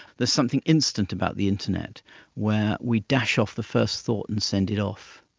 the something instant about the internet where we dash off the first thought and send it off.